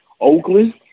Oakland